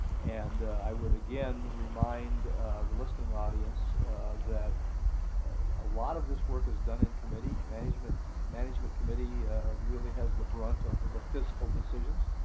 and i would again remind the listening audience that a lot of this work is done in committee. management management committee really has the brunt of the fiscal decisions,